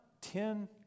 ten